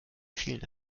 vielen